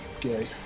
gay